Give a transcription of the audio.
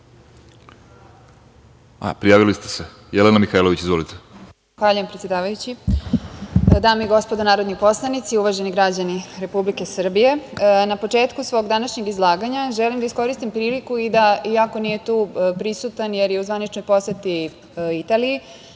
Mihajlović. Izvolite. **Jelena Mihailović** Zahvaljujem, predsedavajući. Dame i gospodo narodni poslanici, uvaženi građani Republike Srbije, na početku svog današnjeg izlaganja želim da iskoristim priliku da, iako nije tu prisutan, jer je u zvaničnoj poseti Italiji,